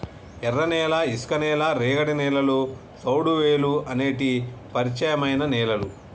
ఎర్రనేల, ఇసుక నేల, రేగడి నేలలు, సౌడువేలుఅనేటి పరిచయమైన నేలలు